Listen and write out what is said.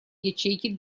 ячейки